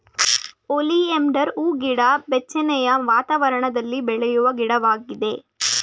oleander ಹೂಗಿಡ ಬೆಚ್ಚನೆಯ ವಾತಾವರಣದಲ್ಲಿ ಬೆಳೆಯುವ ಗಿಡವಾಗಿದೆ